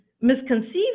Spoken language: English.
misconceived